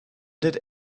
did